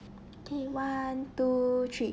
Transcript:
okay one two three